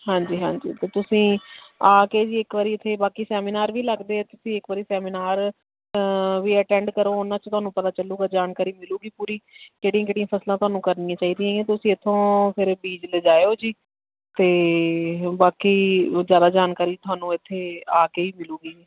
ਹਾਂਜੀ ਹਾਂਜੀ ਅਤੇ ਤੁਸੀਂ ਆ ਕੇ ਜੀ ਇੱਕ ਵਾਰੀ ਇੱਥੇ ਬਾਕੀ ਸੈਮੀਨਾਰ ਵੀ ਲੱਗਦੇ ਤੁਸੀਂ ਇੱਕ ਵਾਰੀ ਸੈਮੀਨਾਰ ਵੀ ਅਟੈਂਡ ਕਰੋ ਉਹਨਾਂ 'ਚ ਤੁਹਾਨੂੰ ਪਤਾ ਚੱਲੇਗਾ ਜਾਣਕਾਰੀ ਮਿਲੇਗੀ ਪੂਰੀ ਕਿਹੜੀਆਂ ਕਿਹੜੀਆਂ ਫਸਲਾਂ ਤੁਹਾਨੂੰ ਕਰਨੀਆਂ ਚਾਹੀਦੀਆਂ ਤੁਸੀਂ ਇੱਥੋਂ ਫਿਰ ਬੀਜ ਲਜਾਇਓ ਜੀ ਅਤੇ ਬਾਕੀ ਵਿਚਾਰਾ ਜਾਣਕਾਰੀ ਤੁਹਾਨੂੰ ਇੱਥੇ ਆ ਕੇ ਹੀ ਮਿਲੇਗੀ